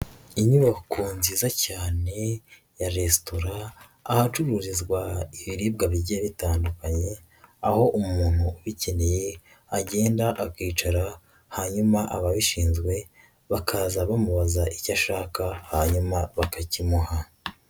Inyubako nziza cyane ya resitora, ahacururizwa ibiribwa bigiye bitandukanye, aho umuntu ubikeneye, agenda akicara hanyuma ababishinzwe, bakaza bamubaza icyo ashaka, hanyuma bakakimuha.